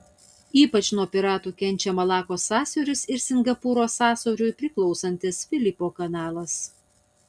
ypač nuo piratų kenčia malakos sąsiauris ir singapūro sąsiauriui priklausantis filipo kanalas